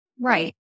Right